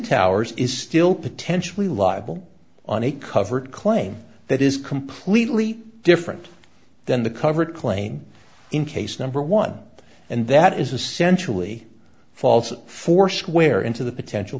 towers is still potentially liable on a covered claim that is completely different than the coverage claim in case number one and that is essentially false forswear into the potential